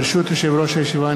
ברשות יושב-ראש הישיבה,